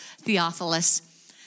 Theophilus